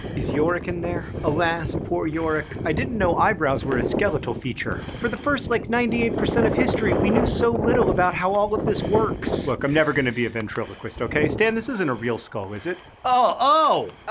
is yorick in there? alas, poor yorick. i didn't know eyebrows were a skeletal feature. for the first, like, ninety eight percent of history, we knew so little about how all of this works. look, i'm never going to be a ventriloquist, ok? stan, this isn't a real skull, is it? ugh!